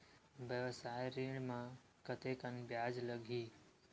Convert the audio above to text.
व्यवसाय ऋण म कतेकन ब्याज लगही?